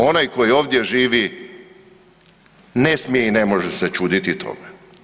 Onaj koji ovdje živi ne smije i ne može se čuditi tome.